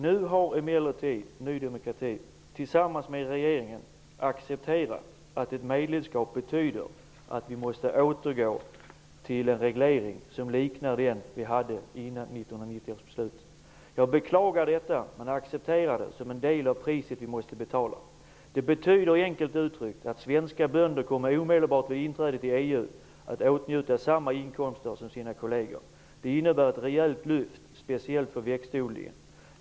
Nu har emellertid Ny demokrati tillsammans med regeringen accepterat att ett medlemskap betyder att vi måste återgå till en reglering som liknar den vi hade innan 1990 års beslut. Jag beklagar detta, men accepterar det som en del av det pris vi måste betala. Det betyder enkelt uttryckt att svenska bönder kommer omedelbart vid inträdet i EU att åtnjuta samma inkomster som sina kolleger. Det innebär ett rejält lyft, speciellt för växtodlingen.